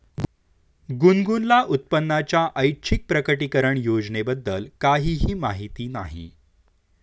गुनगुनला उत्पन्नाच्या ऐच्छिक प्रकटीकरण योजनेबद्दल काहीही माहिती नाही